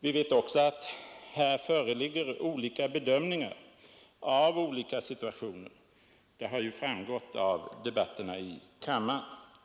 Vi vet också att här föreligger olika bedömningar av olika situationer. Det har ju framgått av debatterna i kammaren.